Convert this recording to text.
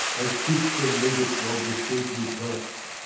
as fits the legate of the stately turk.